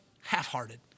half-hearted